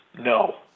no